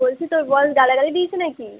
বলছি তোর বস গালাগালি দিয়েছে নাকি